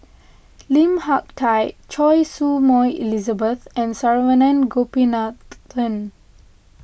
Lim Hak Tai Choy Su Moi Elizabeth and Saravanan Gopinathan